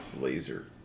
laser